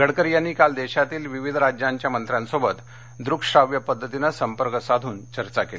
गडकरी यांनी काल देशातील विविध राज्यांच्या मंत्र्यांसोबत दृकश्राव्य पद्धतीने संपर्क साधून चर्चा केली